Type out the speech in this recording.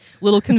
little